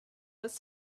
was